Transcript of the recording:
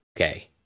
okay